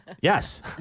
Yes